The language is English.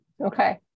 Okay